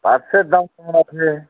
পার্টসের দাম কেমন আছে